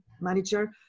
manager